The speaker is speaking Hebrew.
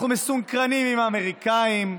אנחנו מסונכרנים עם האמריקנים.